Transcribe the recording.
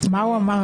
קודם כול,